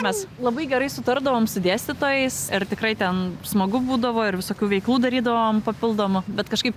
mes labai gerai sutardavom su dėstytojais ir tikrai ten smagu būdavo ir visokių veiklų darydavom papildomų bet kažkaip